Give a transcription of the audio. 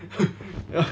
ya